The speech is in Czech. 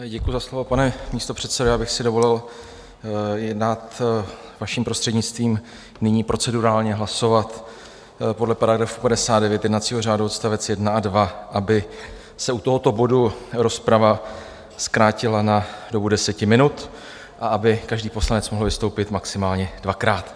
Pane místopředsedo, já bych si dovolil dát, vaším prostřednictvím, nyní procedurálně hlasovat podle § 59 jednacího řádu odst. 1 a 2, aby se u tohoto bodu rozprava zkrátila na dobu deseti minut a aby každý poslanec mohl vystoupit maximálně dvakrát.